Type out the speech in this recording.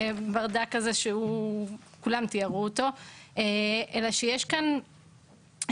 הברדק הזה שכולם תיארו אותו אלא שיש כאן עניין